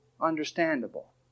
understandable